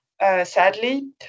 Sadly